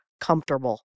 comfortable